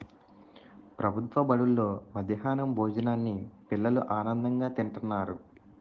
ప్రభుత్వ బడుల్లో మధ్యాహ్నం భోజనాన్ని పిల్లలు ఆనందంగా తింతన్నారు